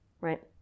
right